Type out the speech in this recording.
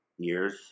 years